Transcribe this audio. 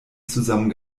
zusammen